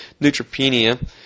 Neutropenia